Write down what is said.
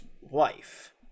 wife